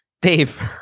Dave